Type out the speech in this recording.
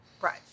Right